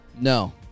No